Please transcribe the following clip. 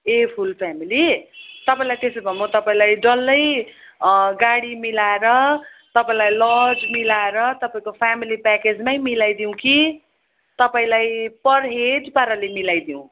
ए full family तपाईँलाई त्यसो भए म तपाईँलाई डल्लै गाडी मिलाएर तपाईँलाई लज मिलाएर तपाईँको फ्यामिली प्याकेजमा मिलाइदिउँ कि तपाईँलाई पर हेड पाराले मिलाइदिऊँ